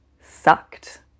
sucked